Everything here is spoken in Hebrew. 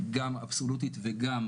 גם אבסולוטית וגם